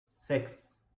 sechs